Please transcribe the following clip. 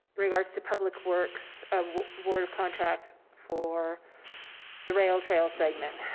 regards to public works award of contract for the rail trail segment.